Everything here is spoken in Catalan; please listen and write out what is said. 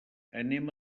anem